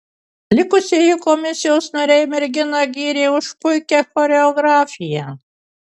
likusieji komisijos nariai merginą gyrė už puikią choreografiją